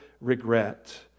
regret